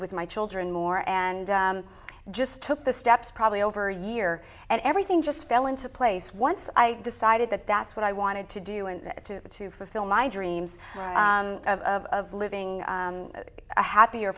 with my children more and i just took the steps probably over a year and everything just fell into place once i decided that that's what i wanted to do and to to fulfill my dreams of living a happier